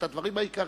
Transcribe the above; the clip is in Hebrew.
את הדברים העיקריים